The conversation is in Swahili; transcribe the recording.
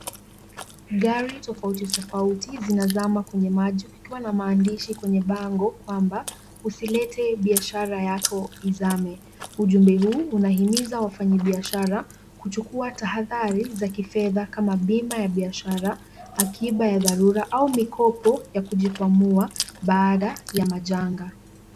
Gari tofauti tofauti zinazama kwenye maji kikiwa na maandishi kwenye bango kwamba, Usilete biashara yako izame. Ujumbe huu unahimiza wafanyabiashara kuchukua tahadhari za kifedha kama bima ya biashara, akiba ya dharura au mikopo ya kujikwamua baada ya majanga.